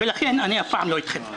אני אף פעם לא אהיה אתכם.